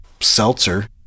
seltzer